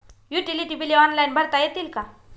Utility बिले online भरता येतील का?